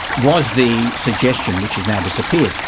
was the suggestion, which has now disappeared,